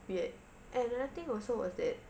weird and another thing also was that